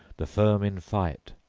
the firm in fight,